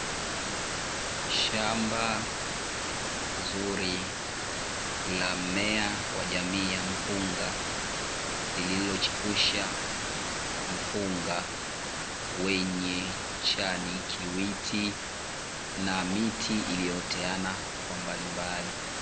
Shamba zuri la mmea wa jamii ya mpunga, lililochipusha mpunga wenye chanikiwiti na miti iliyooteana kwa mbali mbali.